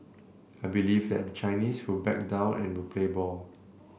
I believe that the Chinese will back down and will play ball